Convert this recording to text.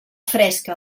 fresca